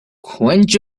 quench